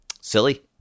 silly